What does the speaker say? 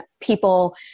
people